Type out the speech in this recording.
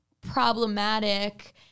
problematic